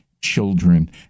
children